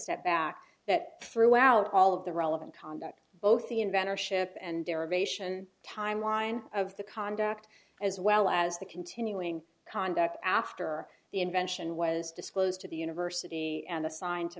step back that throughout all of the relevant conduct both the inventor ship and derivation timeline of the conduct as well as the continuing conduct after the invention was disclosed to the university and assigned to